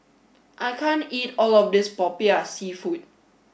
I can't eat all of this Popiah seafood